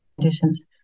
conditions